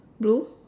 blue